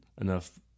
enough